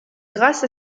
grâce